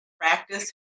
practice